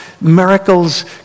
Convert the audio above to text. Miracles